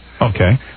okay